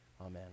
Amen